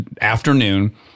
afternoon